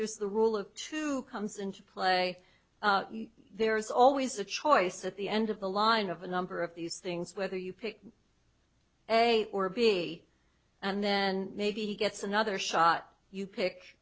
there's the rule of two comes into play there is always a choice at the end of the line of a number of these things whether you pick a or b and then maybe he gets another shot you pick